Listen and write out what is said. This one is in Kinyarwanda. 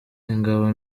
ingabo